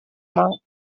monk